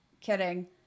Kidding